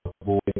avoid